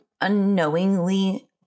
unknowingly